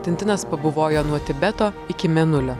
tintinas pabuvojo nuo tibeto iki mėnulio